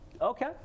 okay